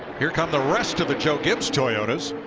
here come the rest of the joe gibbs toyotas.